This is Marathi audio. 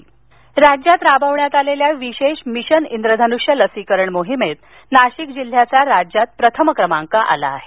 मिशन इंद्रधनष्य नाशिक राज्यात राबविण्यात आलेल्या विशेष मिशन इंद्रधनुष्य लसीकरण मोहिमेत नाशिक जिल्ह्याचा राज्यात प्रथम क्रमांक आला आहे